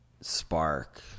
spark